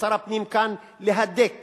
לשר הפנים כאן להדק